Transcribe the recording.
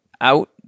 out